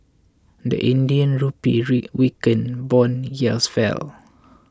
the Indian Rupee weakened bond yields fell